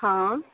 हँ